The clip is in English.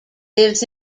lives